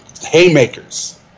Haymakers